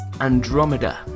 Andromeda